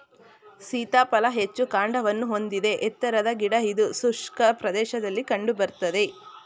ಸೀತಾಫಲ ಹೆಚ್ಚು ಕಾಂಡವನ್ನು ಹೊಂದಿದ ಎತ್ತರದ ಗಿಡ ಇದು ಶುಷ್ಕ ಪ್ರದೇಶದಲ್ಲಿ ಕಂಡು ಬರ್ತದೆ